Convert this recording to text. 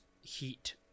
heat